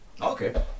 okay